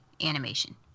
animation